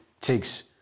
takes